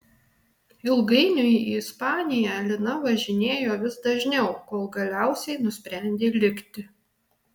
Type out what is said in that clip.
ilgainiui į ispaniją lina važinėjo vis dažniau kol galiausiai nusprendė likti